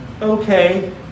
okay